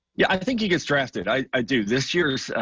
yeah i think he gets drafted. i do. this years, ah,